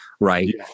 Right